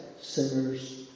sinners